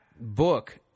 book